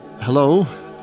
hello